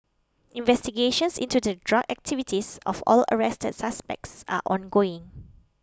investigations into the drug activities of all arrested suspects are ongoing